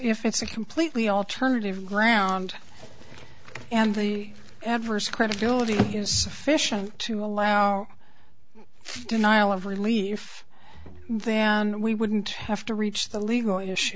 if it's a completely alternative ground and the adverse credibility is sufficient to allow a denial of relief then we wouldn't have to reach the legal